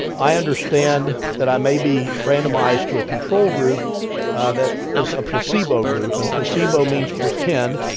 i understand that i may be randomized to a control group that is a placebo group, and placebo means pretend,